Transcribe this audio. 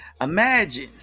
imagine